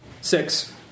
six